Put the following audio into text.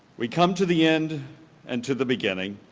we come to the end and to the beginning.